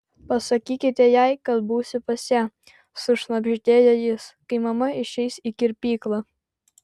pasakykite jai kad būsiu pas ją sušnabždėjo jis kai mama išeis į kirpyklą